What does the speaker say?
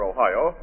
Ohio